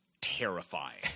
terrifying